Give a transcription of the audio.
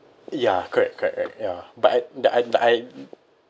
ya correct correct correct ya but I but I but I